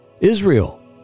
Israel